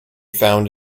found